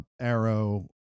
arrow